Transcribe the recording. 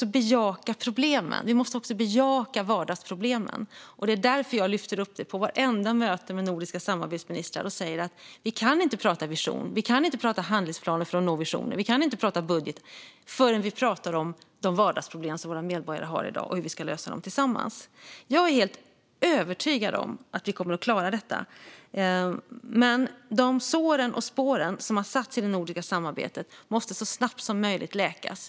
Vi behöver även bejaka vardagsproblemen. Det är därför jag lyfter upp detta på vartenda möte med nordiska samarbetsministrar och säger att vi inte kan prata vision, handlingsplaner för att nå visioner eller budget innan vi pratar om de vardagsproblem som våra medborgare har i dag och hur vi tillsammans ska lösa dem. Jag är helt övertygad om att vi kommer att klara detta. Men de sår och de spår som har satts i det nordiska samarbetet måste så snabbt som möjligt läkas.